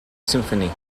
symphony